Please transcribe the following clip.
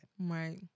Right